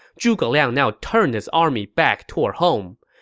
zhuge liang now turned his army back toward home.